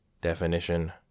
Definition